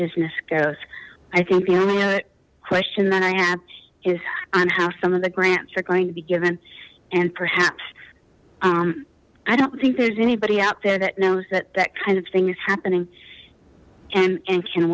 business goes i think the only question that i have is on how some of the grants are going to be given and perhaps i don't think there's anybody out there that knows that that kind of thing is happening and and can